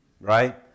right